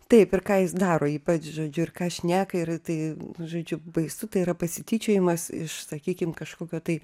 taip ir ką jis daro ypač žodžiu ir ką šneka ir tai žodžiu baisu tai yra pasityčiojimas iš sakykim kažkokio tai